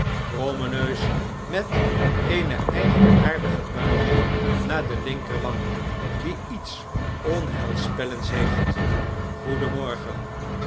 neus met eene eigenaardige buiging naar de linkerwang die iets onheilspellends heeft